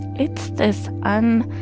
it's this um